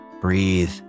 breathe